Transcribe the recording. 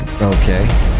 Okay